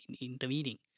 intervening